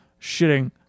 Shitting